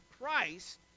Christ